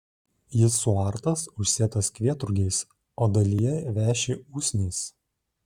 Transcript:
jis suartas užsėtas kvietrugiais o dalyje veši usnys